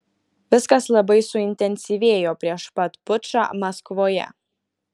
viskas labai suintensyvėjo prieš pat pučą maskvoje